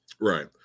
Right